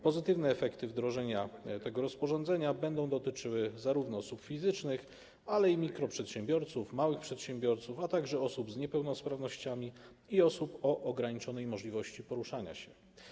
Pozytywne efekty wdrożenia tego rozporządzenia będą dotyczyły osób fizycznych, mikroprzedsiębiorców, małych przedsiębiorców, a także osób z niepełnosprawnościami i osób o ograniczonej możliwości poruszania się.